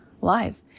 live